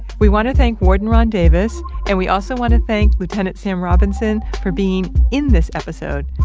we want to thank warden ron davis and we also want to thank lieutenant sam robinson for being in this episode.